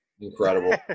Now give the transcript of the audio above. Incredible